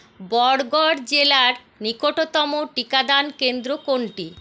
বরগড় জেলার নিকটতম টিকাদান কেন্দ্র কোনটি